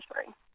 story